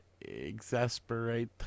exasperate